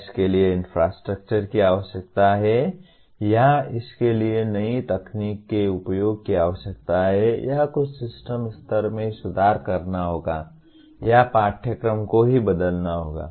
क्या इसके लिए इंफ्रास्ट्रक्चर की आवश्यकता है या क्या इसके लिए नई तकनीक के उपयोग की आवश्यकता है या कुछ सिस्टम स्तर में सुधार करना होगा या पाठ्यक्रम को ही बदलना होगा